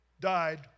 died